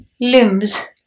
limbs